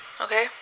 okay